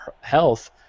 health